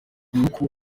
umwuka